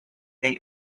they